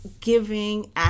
giving